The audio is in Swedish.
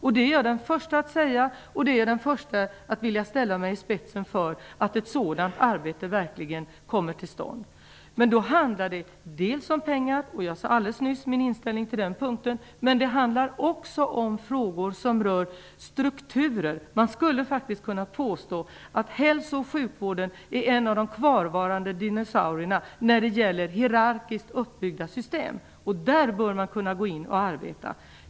Jag är den första att säga det, och jag är den första att ställa mig i spetsen för att ett sådant arbete verkligen skall komma till stånd. Men då handlar det dels om pengar - jag talade nyss om min inställning på den punkten -, dels om frågor som rör strukturer. Man skulle kunna påstå att hälso och sjukvården är en av de kvarvarande dinosaurierna när det gäller hierarkiskt uppbyggda system. Där bör man kunna gå in och arbeta.